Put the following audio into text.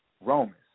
Romans